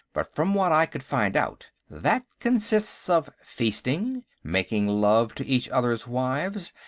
but from what i could find out, that consists of feasting, making love to each other's wives,